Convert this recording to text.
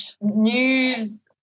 news